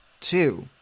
two